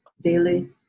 daily